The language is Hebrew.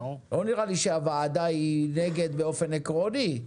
לא נראה שהוועדה היא נגד באופן עקרוני.